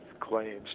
claims